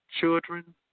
Children